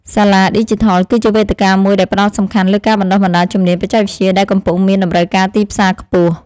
សាលាឌីជីថល គឺជាវេទិកាមួយដែលផ្ដោតសំខាន់លើការបណ្ដុះបណ្ដាលជំនាញបច្ចេកវិទ្យាដែលកំពុងមានតម្រូវការទីផ្សារខ្ពស់។